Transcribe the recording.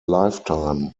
lifetime